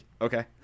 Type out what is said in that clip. okay